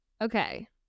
Okay